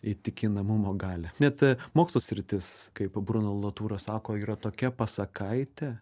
įtikinamumo galią net mokslo sritis kaip bruno latūra sako yra tokia pasakaitė